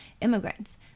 immigrants